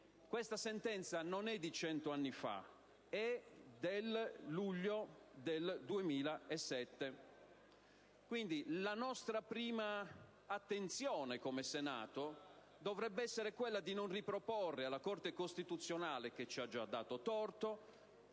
Questa sentenza non è di cento anni fa: è del luglio 2007. Quindi, la nostra prima attenzione come Senato dovrebbe essere quella di non riproporre alla Corte costituzionale che ci ha già dato torto